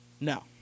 No